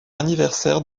anniversaire